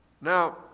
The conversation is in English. Now